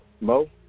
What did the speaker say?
Mo